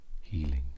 Healing